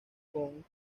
con